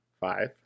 Five